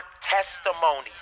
testimonies